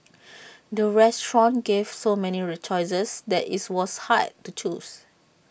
the restaurant gave so many choices that its was hard to choose